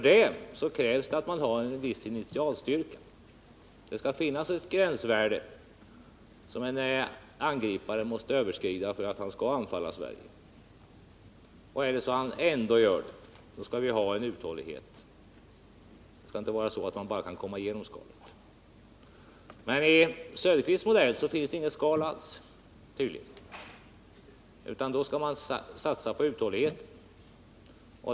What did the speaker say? Det kräver en viss initialstyrka. Det skall finnas ett gränsvärde som en angripare måste överskrida för att anfalla Sverige. Och om ett angrepp ändå kommer, skall vi ha uthållighet — angriparen skall inte bara behöva komma igenom skalet. Men enligt Oswald Söderqvists modell finns det tydligen inget skal alls, utan man skall satsa på uthållighet.